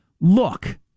look